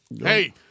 Hey